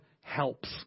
helps